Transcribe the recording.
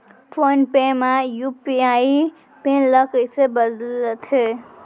Phone पे म UPI PIN ल कइसे बदलथे?